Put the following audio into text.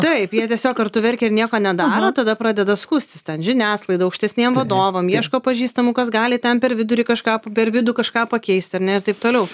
taip jie tiesiog kartu verkia ir nieko nedaro tada pradeda skųstis ten žiniasklaidai aukštesniem vadovam ieško pažįstamų kas gali ten per vidurį kažką per vidų kažką pakeist ar ne ir taip toliau